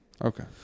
Okay